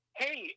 hey